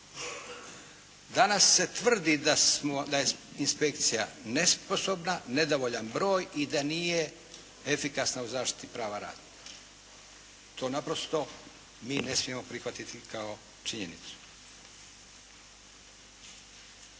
Danas se tvrdi da je inspekcija nesposobna, nedovoljan broj i da nije efikasna u zaštiti prava radnika. To naprosto mi ne smijemo prihvatiti kao činjenicu.